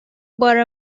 بار